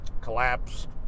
Collapsed